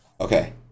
okay